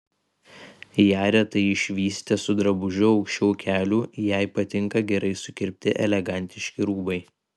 ją retai išvysite su drabužiu aukščiau kelių jai patinka gerai sukirpti elegantiški rūbai